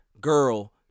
girl